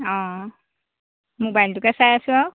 অ মোবাইলটোকে চাই আছোঁ আৰু